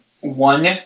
one